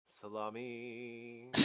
Salami